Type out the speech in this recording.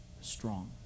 strong